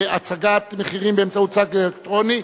הצגת מחירים באמצעות צג אלקטרוני),